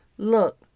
Look